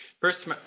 First